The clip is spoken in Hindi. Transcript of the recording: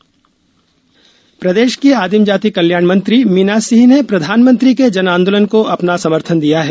जन आंदोलन प्रदेश की आदिम जाति कल्याण मंत्री मीना सिंह ने प्रधानमंत्री के जन आंदोलन को अपना समर्थन दिया है